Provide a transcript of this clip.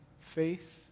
faith